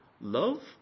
love